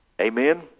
Amen